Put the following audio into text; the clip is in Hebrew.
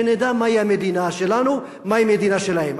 שנדע מהי המדינה שלנו ומהי המדינה שלהם.